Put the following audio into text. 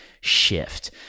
shift